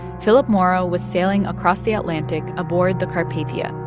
philip mauro was sailing across the atlantic aboard the carpathia,